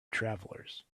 travelers